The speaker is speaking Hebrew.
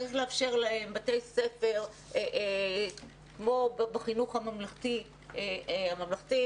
צריך לאפשר להם בתי ספר כמו בחינוך הממלכתי והממלכתי-דתי,